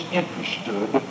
interested